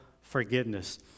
forgiveness